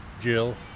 Jill